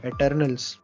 Eternals